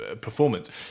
performance